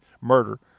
murder